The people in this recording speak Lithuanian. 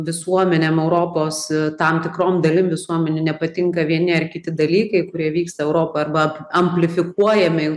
visuomenėm europos tam tikrom dalim visuomenei nepatinka vieni ar kiti dalykai kurie vyksta europoj arba amplifikuojami jau